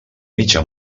mitja